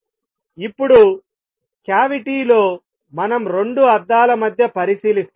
ఇప్పుడు క్యావిటీ లో మనం రెండు అద్దాల మధ్య పరిశీలిస్తాము